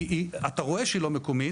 אתה רואה שהיא לא מקומית.